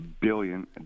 billion